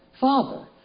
Father